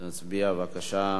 נצביע, בבקשה.